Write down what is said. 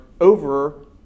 over